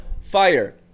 Fire